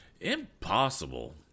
Impossible